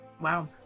Wow